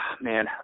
man